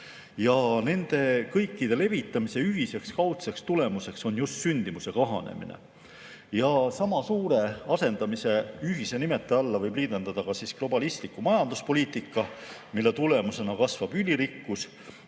ja nende kõikide levitamise ühine kaudne tulemus on just sündimuse kahanemine. Sama suure asendamise ühise nimetaja alla võib liigitada ka globalistliku majanduspoliitika, mille tulemusena kasvavad ülirikkus